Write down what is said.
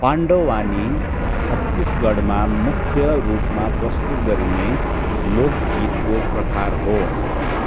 पान्डवानी छत्तिसगढमा मुख्य रूपमा प्रस्तुत गरिने लोकगीतको प्रकार हो